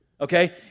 Okay